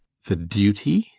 the duty?